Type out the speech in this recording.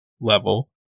level